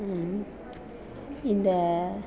இந்த